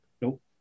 Nope